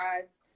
rides